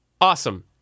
Awesome